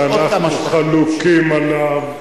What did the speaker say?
שאנחנו חלוקים עליו.